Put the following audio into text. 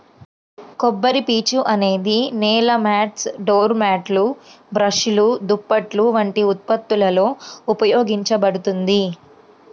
కొబ్బరిపీచు అనేది నేల మాట్స్, డోర్ మ్యాట్లు, బ్రష్లు, దుప్పట్లు వంటి ఉత్పత్తులలో ఉపయోగించబడుతుంది